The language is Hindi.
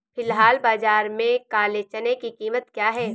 फ़िलहाल बाज़ार में काले चने की कीमत क्या है?